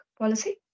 policy